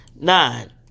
nine